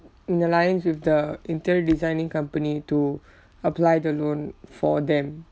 in alliance with the interior designing company to apply the loan for them